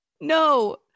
no